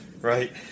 Right